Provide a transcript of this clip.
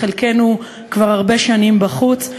חלקנו כבר הרבה שנים בחוץ,